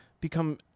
become